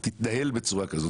תתנהל בצורה כזאת.